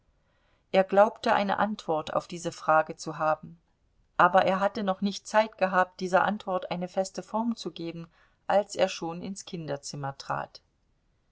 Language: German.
er glaubte eine antwort auf diese frage zu haben aber er hatte noch nicht zeit gehabt dieser antwort eine feste form zu geben als er schon ins kinderzimmer trat